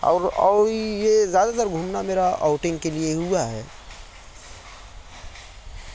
اور اور یہ زیادہ تر گھومنا مرا آؤٹنگ کے لئے ہوا ہے